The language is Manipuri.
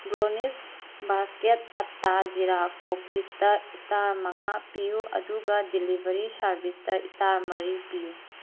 ꯕ꯭ꯔꯣꯅꯤꯖ ꯕꯥꯁꯀꯦꯠ ꯑꯠꯇꯥ ꯖꯤꯔꯥ ꯀꯣꯛꯀꯤꯖꯇ ꯏꯁꯇꯥꯔ ꯃꯉꯥ ꯄꯤꯌꯨ ꯑꯗꯨꯒ ꯗꯤꯂꯤꯕꯔꯤ ꯁꯥꯔꯕꯤꯖꯇ ꯏꯁꯇꯥꯔ ꯃꯔꯤ ꯄꯤꯌꯨ